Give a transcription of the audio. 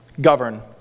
govern